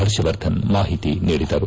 ಹರ್ಷವರ್ಧನ್ ಮಾಹಿತಿ ನೀಡಿದರು